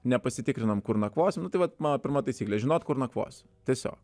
nepasitikrinom kur nakvosim vat mano pirma taisyklė žinot kur nakvosi tiesiog